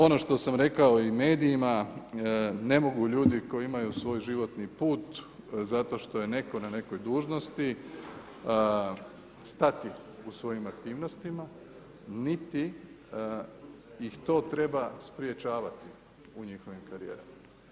Ono što sam rekao i medijima, ne mogu ljudi koji imaju svoj životni put zato što je netko na nekoj dužnosti stati u svojim aktivnostima niti ih to treba sprječavati u njihovim karijerama.